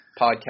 podcast